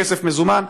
כסף מזומן.